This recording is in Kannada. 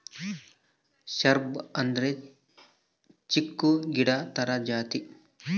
ಶ್ರಬ್ ಅಂದ್ರೆ ಚಿಕ್ಕು ಗಿಡ ತರ ಜಾತಿ